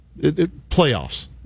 Playoffs